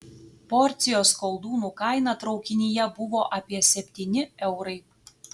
porcijos koldūnų kaina traukinyje buvo apie septyni eurai